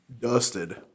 dusted